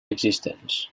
existents